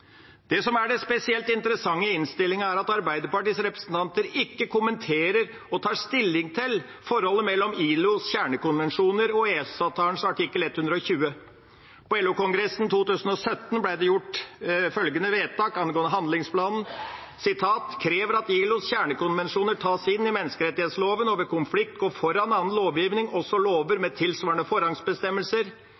Det som er det spesielt interessante i innstillinga, er at Arbeiderpartiets representanter ikke kommenterer og tar stilling til forholdet mellom ILOs kjernekonvensjoner og EØS-avtalens artikkel 120. På LO-kongressen 2017 ble det gjort følgende vedtak angående handlingsprogrammet: Man krever at «ILOs kjernekonvensjoner tas inn i Menneskerettsloven og ved konflikt går foran annen lovgivning, også lover